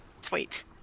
Sweet